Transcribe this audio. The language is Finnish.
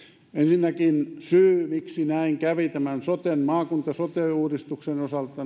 ensinnäkin syy miksi näin kävi tämän maakunta sote uudistuksen osalta löytyy kyllä sieltä